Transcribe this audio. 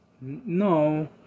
No